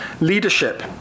leadership